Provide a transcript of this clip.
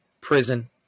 prison